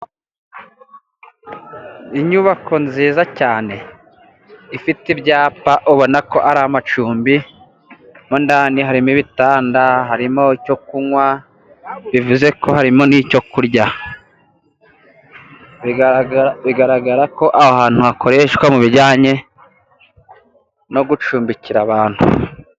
Inyubako nziza cyane, ifite ibyapa ,ubona ko ari amacumbi . Mo ndani harimo ibitanda , harimo icyo kunywa ,bivuze ko harimo n'icyo kurya. Bigaragara ko aho ahantu hakoreshwa mu bijyanye no gucumbikira abantu.